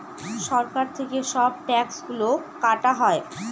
সরকার থেকে সব ট্যাক্স গুলো কাটা হয়